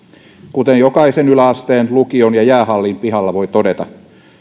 kuten jokaisen yläasteen lukion ja jäähallin pihalla voi todeta